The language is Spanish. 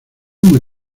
muy